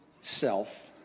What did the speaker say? self